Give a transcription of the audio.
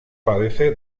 padece